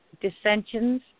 dissensions